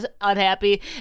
unhappy